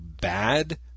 bad